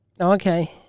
Okay